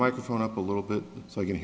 microphone up a little bit so i